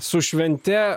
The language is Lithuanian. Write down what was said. su švente